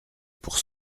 pour